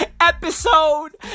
Episode